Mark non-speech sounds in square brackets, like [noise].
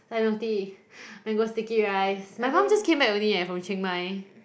Thai milk tea [breath] mango sticky rice my mum just came back only eh from Chiang-Mai